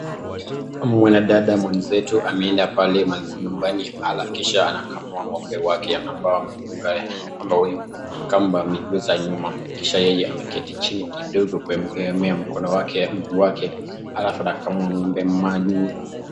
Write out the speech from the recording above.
Huyu ni mwanadada mwenzetu, ameenda pale nyumbani kisha anakamua ng'ombe wake ambaye amefunga yeye, kamba miguu za nyuma, kisha yeye ameketi chini kidogo kuegemea mikono yake, mguu wake alafu anakamua ng'ombe maalum.